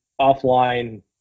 offline